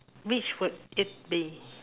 which would it be